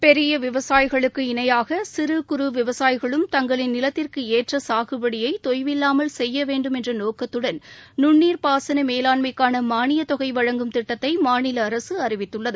பெரிய விவசாயிகளுக்கு இணையாக சிறு குறு விவசாயிகளும் தங்களின் நிலத்திற்கு ஏற்ற சாகுபடியை தொய்வில்லாமல் செய்ய வேண்டும் என்ற நோக்கத்துடன் நுண்ணீர் பாசன மேலாண்மைக்கான மானியத் தொகை வழங்கும் திட்டத்தை மாநில அரசு அறிவித்துள்ளது